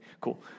cool